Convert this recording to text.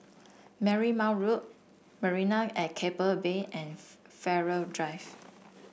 Marymount Road Marina at Keppel Bay and Farrer Drive